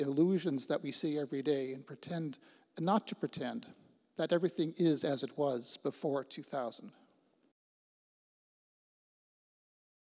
illusions that we see every day and pretend not to pretend that everything is as it was before two thousand